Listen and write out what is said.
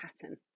pattern